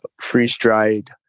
freeze-dried